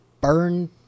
burn